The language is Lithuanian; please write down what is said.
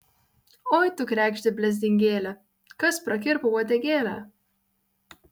oi tu kregžde blezdingėle kas prakirpo uodegėlę